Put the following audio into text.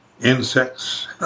insects